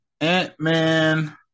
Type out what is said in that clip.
Ant-Man